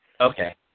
Okay